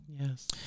Yes